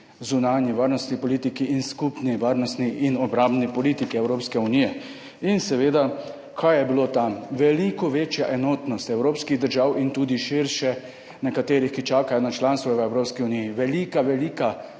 zunanji varnostni politiki in skupni varnostni in obrambni politiki Evropske unije. In seveda kaj je bilo tam? Veliko večja enotnost evropskih držav in tudi širše nekaterih, ki čakajo na članstvo v Evropski uniji. Velika velika